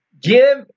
Give